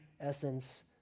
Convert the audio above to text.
essence